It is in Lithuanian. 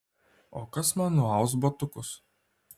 o kas man nuaus batukus